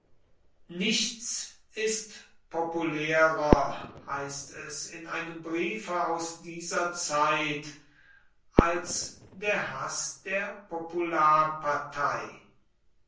nichts ist jetzt populärer heißt es in einem briefe aus dieser zeit als der haß der